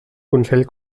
consell